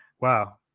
wow